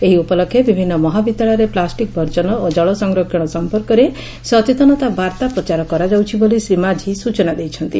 ଏହି ଉପଲକ୍ଷେ ବିଭିନ୍ନ ମହାବିଦ୍ୟାଳୟରେ ପ୍ଲାଷ୍ଟିକ୍ ବର୍କନ ଓ ଜଳ ସଂରକ୍ଷଣ ସଂପର୍କରେ ସଚେତନତା ବାର୍ଭା ପ୍ରଚାର କରାଯାଉଛି ବୋଲି ଶ୍ରୀ ମାଝି ସ୍ଚନା ଦେଇଛନ୍ତି